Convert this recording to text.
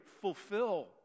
fulfill